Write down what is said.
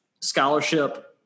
scholarship